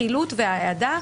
החילוט וההעדה,